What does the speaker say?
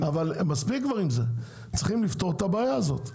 מספיק עם זה, צריכים לפתור את הבעיה הזו.